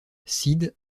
sid